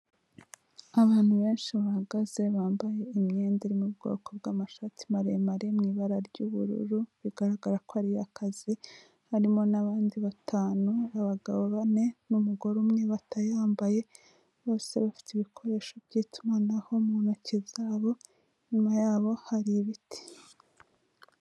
Abantu benshi bahagaze bambaye imyenda iri mu bwoko bw'amashati maremare mu ibara ry'ubururu, bigaragara ko bari mu kazi harimo n'abandi batanu; abagabo bane n'umugore umwe batayambaye bose bafite ibikoresho by'itumanaho mu ntoki zabo, inyuma yabo hari ibiti.